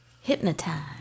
Hypnotize